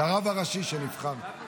את הרב הראשי שנבחר.